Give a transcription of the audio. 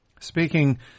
Speaking